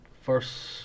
first